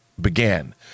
began